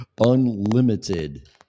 unlimited